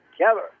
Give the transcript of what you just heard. Keller